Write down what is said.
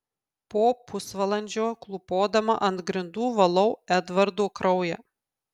po pusvalandžio klūpodama ant grindų valau edvardo kraują